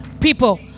people